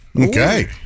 Okay